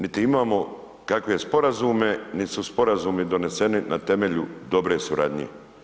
Niti imamo kakve sporazume, nit su sporazumi doneseni na temelju dobre suradnje.